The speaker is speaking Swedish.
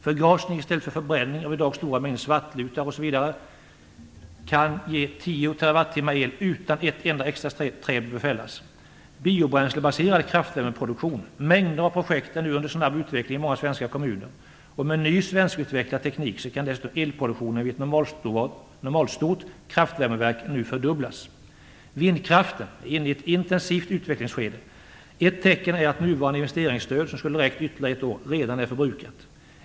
Förgasning i stället för förbränning av i dag stora mängder "svartlutar" m.m. kan ge ca 10 TWh el, utan att ett enda extra träd behöver fällas. Mängder av projekt är nu under snabb utveckling i många svenska kommuner. Med ny svenskutvecklad teknik kan nu dessutom elproduktionen vid ett normalstort kraftvärmeverk fördubblas. Vindkraften är inne i ett intensivt utvecklingsskede. Ett tecken är att nuvarande investeringsstöd, som skulle räckt ytterligare ett år, redan är förbrukat.